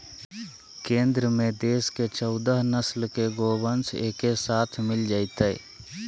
केंद्र में देश के चौदह नस्ल के गोवंश एके साथ मिल जयतय